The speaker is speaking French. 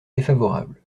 défavorable